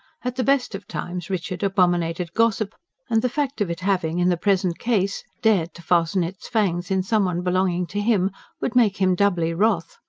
at the best of times richard abominated gossip and the fact of it having, in the present case, dared to fasten its fangs in some one belonging to him would make him doubly wroth.